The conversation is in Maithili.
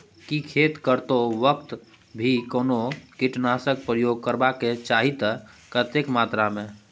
की खेत करैतो वक्त भी कोनो कीटनासक प्रयोग करबाक चाही त कतेक मात्रा में?